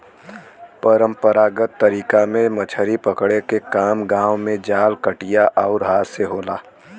परंपरागत तरीका में मछरी पकड़े के काम गांव में जाल, कटिया आउर हाथ से होला